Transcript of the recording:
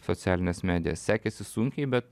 socialines medijas sekėsi sunkiai bet